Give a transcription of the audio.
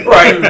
Right